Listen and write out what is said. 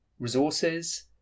resources